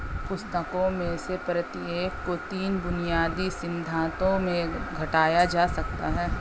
पुस्तकों में से प्रत्येक को तीन बुनियादी सिद्धांतों में घटाया जा सकता है